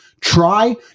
try